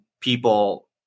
people